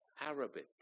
Arabic